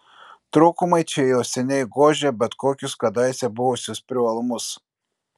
trūkumai čia jau seniai gožia bet kokius kadaise buvusius privalumus